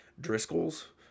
Driscoll's